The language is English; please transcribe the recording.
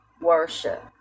worship